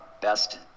best